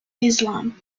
islam